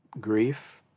grief